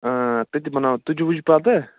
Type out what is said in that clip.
تٔتی بناوو تُجہِ وُجہِ پتہٕ